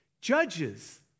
Judges